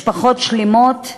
משפחות שלמות,